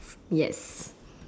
yes